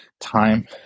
time